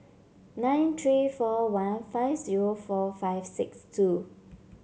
nine three four one five zero four five six two